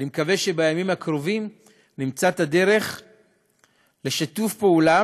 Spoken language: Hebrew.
אני מקווה שבימים הקרובים נמצא את הדרך לשיתוף פעולה